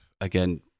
again